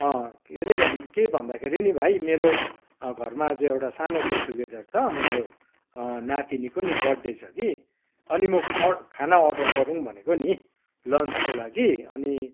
अँ के अरे भन् के भन्दाखेरि नि भाइ मेरो घरमा आज एउटा सानो गेट टुगेदर छ नातिनीको नि बर्थडे छ कि अनि म अ खाना अर्डर गरौँ भनेको नि लन्चको लागि अनि